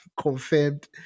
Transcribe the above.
confirmed